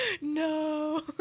No